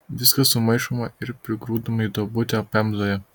viskas sumaišoma ir prigrūdama į duobutę pemzoje